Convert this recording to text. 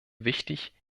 wichtig